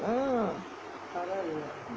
mm